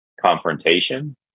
confrontation